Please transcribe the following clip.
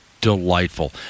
delightful